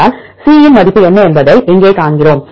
என்றால் C இன் மதிப்பு என்ன என்பதை இங்கே காண்கிறோம்